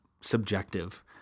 subjective